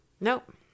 Nope